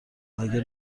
مگه